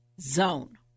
zone